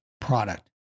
product